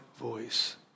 voice